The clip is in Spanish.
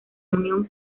unión